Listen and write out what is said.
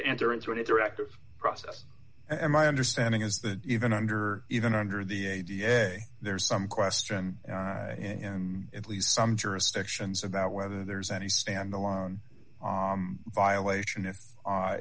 to enter into an interactive process and my understanding is that even under even under the a d n a there's some question in at least some jurisdictions about whether there's any standalone violation i